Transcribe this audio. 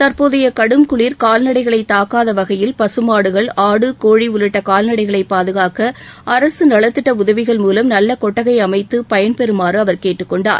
தற்போதைய கடும் குளிர் கால்நடைகளை தாக்காத வகையில் பசுமாடுகள் ஆடு கோழி உள்ளிட்ட கால்நடைகளை பாதுகாக்க அரசு நலத்திட்ட உதவிகள் மூலம் நல்ல கொட்டகை அமைத்து பயன்பெறுமாறு அவர் கேட்டுக் கொண்டார்